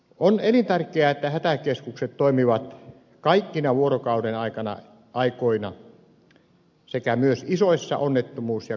on elintärkeää että hätäkeskukset toimivat kaikkina vuorokaudenaikoina sekä myös isoissa onnettomuus ja katastrofitilanteissa